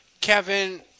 Kevin